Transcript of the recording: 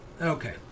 Okay